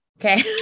okay